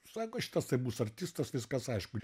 sako šitas tai bus artistas viskas aišku